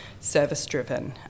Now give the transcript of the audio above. service-driven